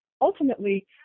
Ultimately